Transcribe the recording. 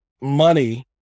money